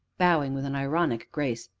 bowing with an ironic grace.